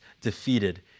defeated